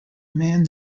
man